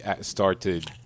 started